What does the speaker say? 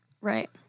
Right